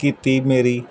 ਕੀਤੀ ਮੇਰੀ